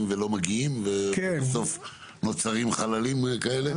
ולא מגיעים ובסוף נוצרים חללים כאלה?